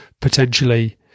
potentially